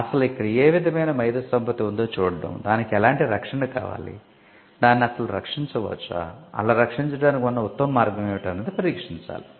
అసలు ఇక్కడ ఏ విధమైన మేధో సంపత్తి ఉందో చూడడం దానికి ఎలాంటి రక్షణ కావాలి దానిని అసలు రక్షించవచ్చా అలా రక్షించడానికి ఉన్న ఉత్తమ మార్గం ఏమిటి అన్నది పరీక్షించాలి